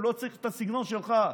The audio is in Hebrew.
הוא לא צריך את הסגנון שלך.